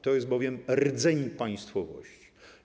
To jest bowiem rdzeń państwowości.